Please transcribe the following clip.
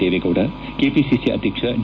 Deve Gowda KPCC ಅಧ್ಯಕ್ಷ D